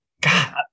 God